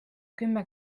kümme